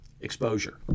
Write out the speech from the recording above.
exposure